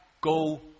go